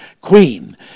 queen